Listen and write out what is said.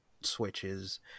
Switches